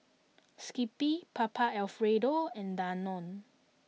Skippy Papa Alfredo and Danone